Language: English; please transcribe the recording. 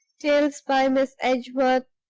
tales by miss edgeworth,